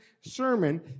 sermon